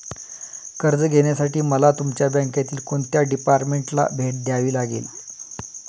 कर्ज घेण्यासाठी मला तुमच्या बँकेतील कोणत्या डिपार्टमेंटला भेट द्यावी लागेल?